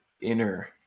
inner